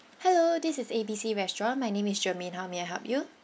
hello this is A B C restaurant my name is germaine how may I help you